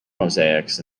mosaics